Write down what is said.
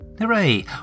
Hooray